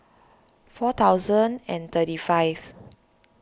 four thousand and thirty fifth